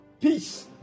peace